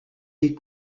est